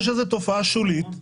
יש איזו תופעה שולית,